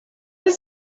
does